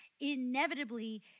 inevitably